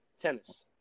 tennis